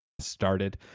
started